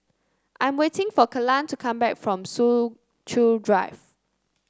I am waiting for Kellan to come back from Soo Chow Drive